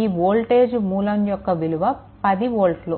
ఈ వోల్టేజ్ మూలం విలువ 10 వోల్ట్లు